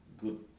good